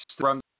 run